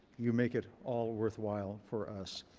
you make it all worthwhile for us.